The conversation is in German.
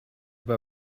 bei